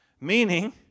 meaning